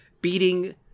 beating